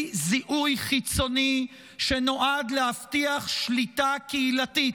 זיהוי חיצוני שנועד להבטיח שליטה קהילתית,